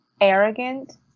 arrogant